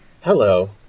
Hello